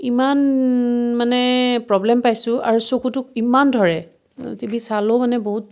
ইমান মানে প্ৰ'ব্লেম পাইছোঁ আৰু চকুটোক ইমান ধৰে টি ভি চালেও মানে বহুত